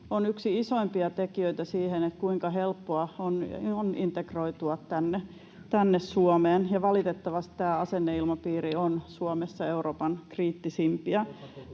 on yksi isoimpia tekijöitä siinä, kuinka helppoa on integroitua tänne Suomeen. Valitettavasti asenneilmapiiri on Suomessa Euroopan kriittisimpiä.